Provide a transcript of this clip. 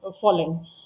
falling